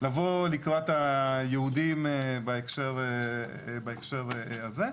לבוא לקראת היהודים בהקשר הזה.